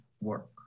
work